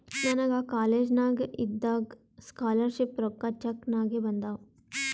ನನಗ ಕಾಲೇಜ್ನಾಗ್ ಇದ್ದಾಗ ಸ್ಕಾಲರ್ ಶಿಪ್ ರೊಕ್ಕಾ ಚೆಕ್ ನಾಗೆ ಬಂದಾವ್